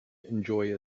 enjoy